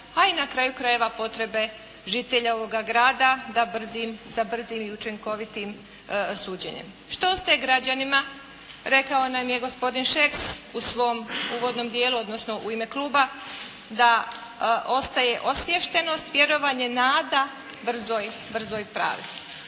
a i na kraju krajeva potrebe žitelja ovoga grada za brzim i učinkovitim suđenjem. Što ostaje građanima rekao nam je gospodin Šeks u svom uvodnom dijelu odnosno u ime kluba, da ostaje osviještenost, vjerovanje i nada brzoj pravdi.